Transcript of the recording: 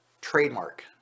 trademark